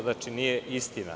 Znači, nije istina.